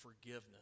forgiveness